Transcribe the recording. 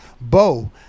Bo